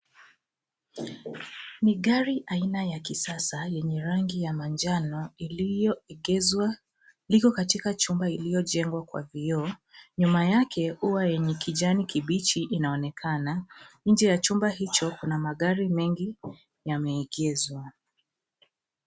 Ni gari aina ya kisasa yenye rangi ya manjano iliyoegeshwa, liko katika chumba lililojengwa kwa vioo. Nyuma yake ua yenye kijani kibichi inaonekana, nje ya chumba hicho kuna magari mengi yameegezwa.